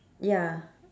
ya